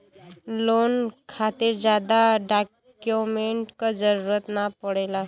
loan खातिर जादा document क जरुरत न पड़ेला